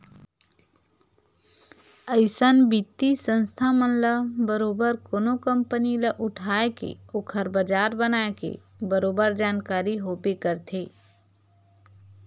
अइसन बित्तीय संस्था मन ल बरोबर कोनो कंपनी ल उठाय के ओखर बजार बनाए के बरोबर जानकारी होबे करथे